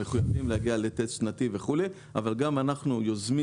הם מחויבים להגיע לטסט שנתי וכולי אבל אנחנו גם יוזמים